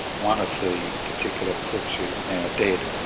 one of the particular crooks who's now dead,